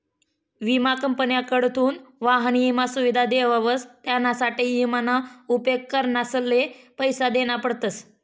विमा कंपन्यासकडथून वाहन ईमा सुविधा देवावस त्यानासाठे ईमा ना उपेग करणारसले पैसा देना पडतस